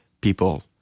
people